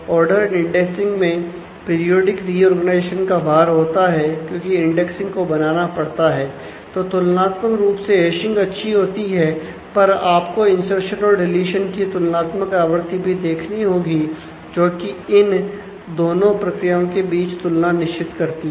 ordered indexing की तुलनात्मक आवृत्ति भी देखनी होगी जोकी इन दोनों प्रक्रियाओं के बीच तुलना निश्चित करती हैं